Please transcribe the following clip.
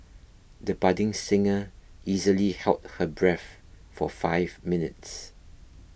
the budding singer easily held her breath for five minutes